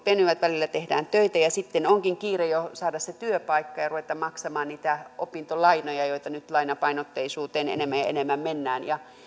venyvät välillä tehdään töitä ja sitten onkin jo kiire saada se työpaikka ja ruveta maksamaan niitä opintolainoja kun nyt lainapainotteisuuteen enemmän ja enemmän mennään